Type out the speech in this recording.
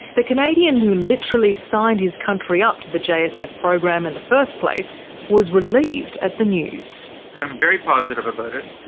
the canadian who literally signed his country up to the jsf program in the first place was relieved at the news. i'm very positive about it,